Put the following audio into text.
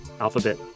Alphabet